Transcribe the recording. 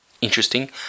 Interesting